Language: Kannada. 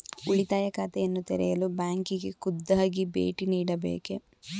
ಉಳಿತಾಯ ಖಾತೆಯನ್ನು ತೆರೆಯಲು ಬ್ಯಾಂಕಿಗೆ ಖುದ್ದಾಗಿ ಭೇಟಿ ನೀಡಬೇಕೇ?